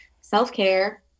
self-care